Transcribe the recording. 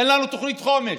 אין לנו תוכנית חומש.